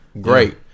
great